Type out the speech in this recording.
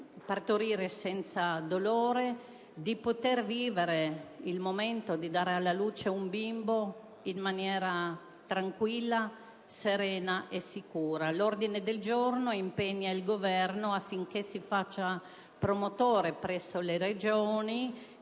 partorire senza dolore, di poter vivere il momento di dare alla luce un bimbo in maniera tranquilla, serena e sicura. L'ordine del giorno impegna il Governo a far sì che le Regioni